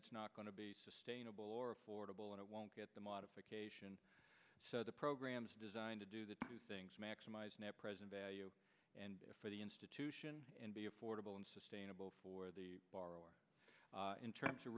it's not going to be sustainable or affordable and it won't get the modification so the programs designed to do that to maximize net present value and for the institution and be affordable and sustainable for the borrower in terms of